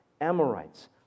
Amorites